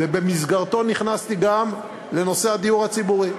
ובמסגרתו נכנסתי גם לנושא הדיור הציבורי.